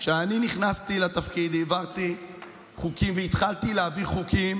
כשאני נכנסתי לתפקיד העברתי חוקים והתחלתי להעביר חוקים